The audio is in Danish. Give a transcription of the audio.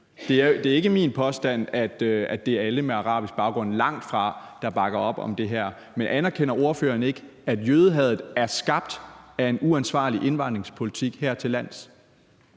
Det er ikke min påstand, at det er alle med arabisk baggrund – langtfra – der bakker op om det her. Men anerkender ordføreren ikke, at jødehadet er skabt af en uansvarlig indvandringspolitik hertillands?